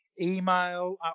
email